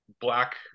black